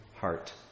heart